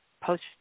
Post